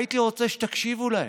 הייתי רוצה שתקשיבו להם,